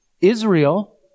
Israel